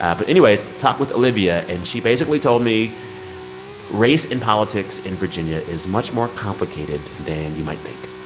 ah but anyways, i talked with olivia, and she basically told me race and politics in virginia is much more complicated than you might think